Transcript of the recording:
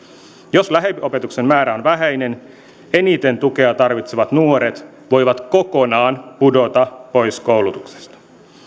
jos lähiopetuksen määrä on vähäinen eniten tukea tarvitsevat nuoret voivat kokonaan pudota pois koulutuksesta